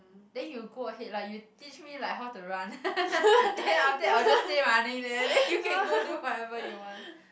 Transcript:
then you go ahead lah you teach me like how to run then after that I will just stay running there then you can go do whatever you want